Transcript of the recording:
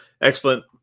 excellent